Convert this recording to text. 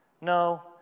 No